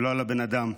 ולא על הבן אדם.